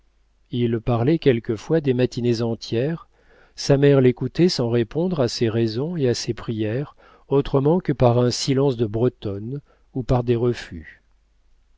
il parlait quelquefois des matinées entières sa mère l'écoutait sans répondre à ses raisons et à ses prières autrement que par un silence de bretonne ou par des refus